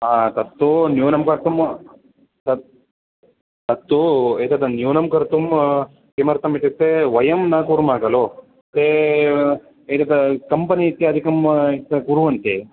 आ तत्तु न्यूनं कर्तुं तत् तत्तु एतत् न्यूनं कर्तुं किमर्थम् इत्युक्ते वयं न कुर्मः खलु ते एतत् कम्पनि इत्यादिकं आ कुर्वन्ति